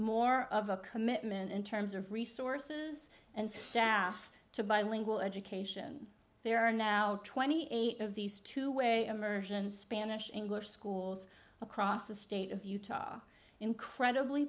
more of a commitment in terms of resources and staff to bilingual education there are now twenty eight of these two way immersion spanish english schools across the state of utah incredibly